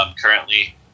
currently